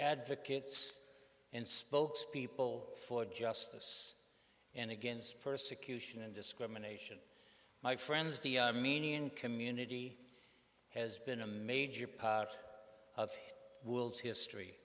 advocates and spokespeople for justice and against persecution and discrimination my friends the meaning community has been a major part of history